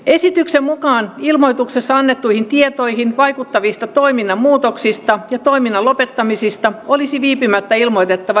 esityksen mukaan ilmoituksessa annettuihin tietoihin vaikuttavista toiminnan muutoksista ja toiminnan lopettamisista olisi viipymättä ilmoitettava viestintävirastolle